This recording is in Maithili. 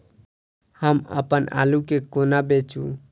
हम अप्पन आलु केँ कोना बेचू?